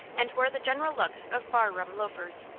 and wore the general look of barroom loafers.